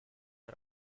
are